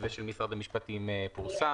מתווה של משרד המשפטים פורסם,